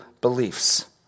beliefs